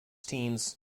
teams